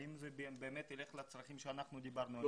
האם זה באמת ילך לצרכים שאנחנו דיברנו עליהם.